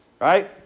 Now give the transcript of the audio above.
Right